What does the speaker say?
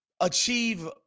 achieve